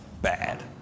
bad